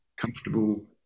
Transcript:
comfortable